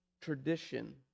tradition